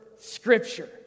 Scripture